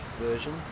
version